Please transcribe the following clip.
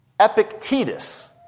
Epictetus